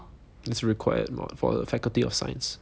it's required mod for the faculty of science